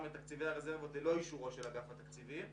את תקציבי הרזרבות ללא אישורו של אגף התקציבים,